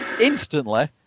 instantly